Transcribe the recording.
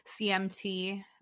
CMT